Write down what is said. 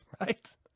Right